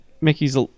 Mickey's